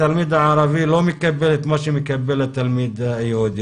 התלמיד הערבי לא מקבל את מה שמקבל התלמיד היהודי,